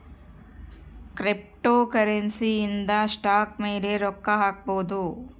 cryptocurrency ಇಂದ stock ಮೇಲೆ ರೊಕ್ಕ ಹಾಕ್ಬೊದು